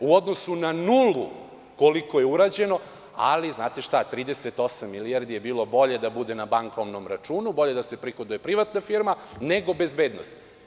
U odnosu na nulu koliko je urađeno, ali znate šta, 38 milijardi je bilo bolje da bude na bankovnom računu, bolje da se prihoduje privatna firma nego bezbednost.